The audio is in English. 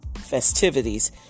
festivities